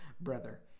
brother